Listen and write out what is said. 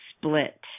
split